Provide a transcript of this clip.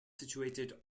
situated